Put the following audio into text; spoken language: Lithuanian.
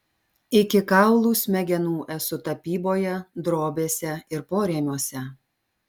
iki kaulų smegenų esu tapyboje drobėse ir porėmiuose